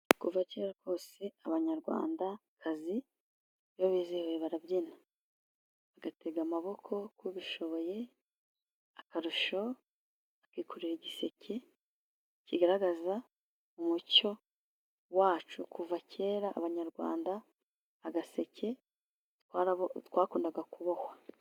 Kuva kera kose abanyarwandakazi iyo bizihiwe barabyina, bagatega amaboko ku ubishoboye akarusho kikorera igiseke kigaragaza umuco wacu, kuva kera abanyarwanda agaseke twakundaga kubohwa.